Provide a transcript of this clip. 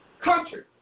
Country